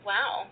Wow